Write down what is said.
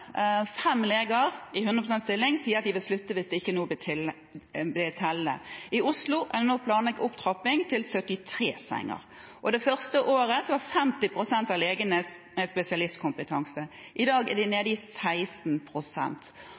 Fem leger i 100 pst. stilling sier at de vil slutte hvis det ikke nå blir tellende. I Oslo er det nå planlagt en opptrapping til 73 senger. Det første året hadde 50 pst. av legene spesialistkompetanse, og i dag er de nede i